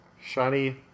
Shiny